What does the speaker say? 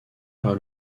par